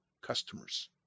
customers